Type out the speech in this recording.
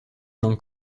non